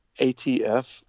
atf